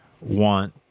want